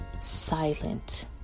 silent